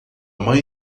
mãe